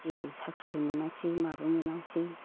जेबो साख्रिबो मोनाखिसै माबो मोनाखिसै